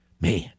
Man